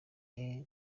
est